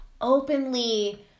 openly